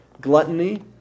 Gluttony